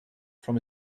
from